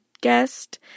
guest